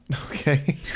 Okay